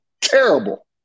terrible